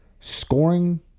Scoring